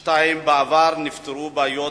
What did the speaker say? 2. אם כן, מה ייעשה